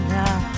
now